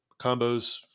combos